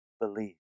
believe